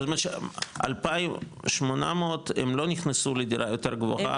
זאת אומרת 2,800 הם לא נכנסו לדירה יותר גבוהה?